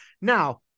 Now